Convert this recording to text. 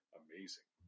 amazing